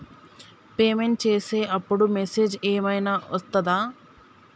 Payment చేసే అప్పుడు message ఏం ఐనా వస్తదా?